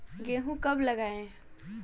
गेहूँ कब लगाएँ?